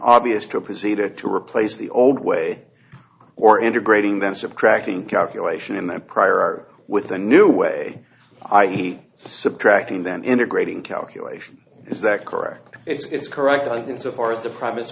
obvious to proceed or to replace the old way or integrating that subtracting calculation in the prior with a new way i e subtracting then integrating calculation is that correct it's correct and so far as the premise